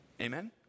amen